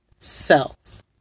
Self